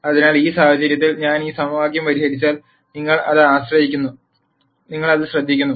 അതിനാൽ ഈ സാഹചര്യത്തിൽ ഞാൻ ഈ സമവാക്യം പരിഹരിച്ചാൽ നിങ്ങൾ അത് ശ്രദ്ധിക്കുന്നു